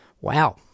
Wow